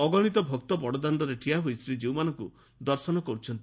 ଅଗଣିତ ଭକ୍ତ ବଡଦାଣ୍ଡରେ ଠିଆହୋଇ ଶ୍ରୀଜୀଉମାନଙ୍ଙୁ ଦର୍ଶନ କରୁଛନ୍ତି